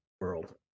world